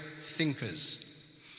thinkers